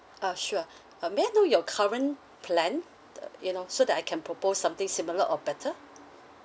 ah sure uh may I know your current plan the you know so that I can propose something similar or better